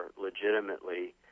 legitimately